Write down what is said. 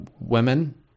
women